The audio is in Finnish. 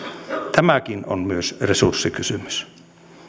tämäkin on myös resurssikysymys